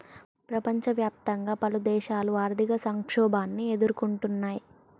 ప్రపంచవ్యాప్తంగా పలుదేశాలు ఆర్థిక సంక్షోభాన్ని ఎదుర్కొంటున్నయ్